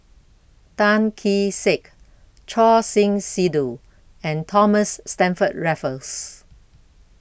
Tan Kee Sek Choor Singh Sidhu and Thomas Stamford Raffles